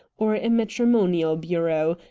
or a matrimonial bureau,